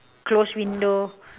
close window